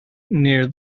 near